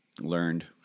learned